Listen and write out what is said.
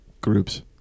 Groups